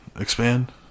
expand